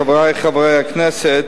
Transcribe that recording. חברי חברי הכנסת,